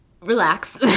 Relax